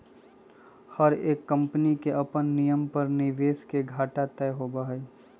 हर एक कम्पनी के अपन नियम पर निवेश के घाटा तय होबा हई